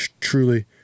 truly